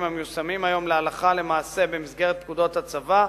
המיושמים היום להלכה למעשה במסגרת פקודות הצבא,